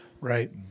Right